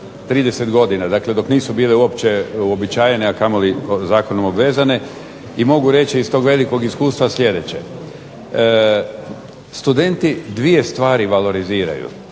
30 godina, dakle dok nisu bile uopće uobičajene, a kamoli zakonom obvezane i mogu reći iz tog velikog iskustva sljedeće. Studenti dvije stvari valoriziraju,